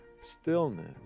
stillness